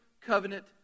covenant